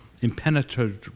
impenetrable